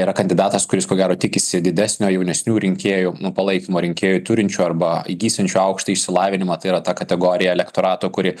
yra kandidatas kuris ko gero tikisi didesnio jaunesnių rinkėjų nu palaikymo rinkėjų turinčių arba įgysiančių aukštąjį išsilavinimą tai yra ta kategorija elektorato kuri